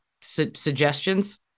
suggestions